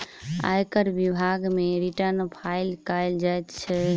आयकर विभाग मे रिटर्न फाइल कयल जाइत छै